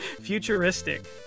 futuristic